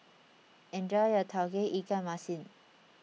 enjoy your Tauge Ikan Masin